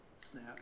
Snap